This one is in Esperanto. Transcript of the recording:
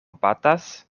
batas